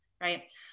right